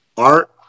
Art